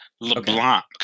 LeBlanc